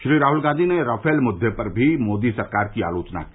श्री राहुल गांधी ने राफेल मुद्दे पर भी मोदी सरकार की आलोचना की